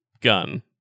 Gun